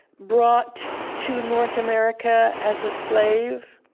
brought to north america as a slave,